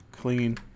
clean